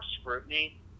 scrutiny